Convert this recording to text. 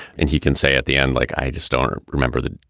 and he can say at the end, like, i just don't remember that.